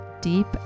deep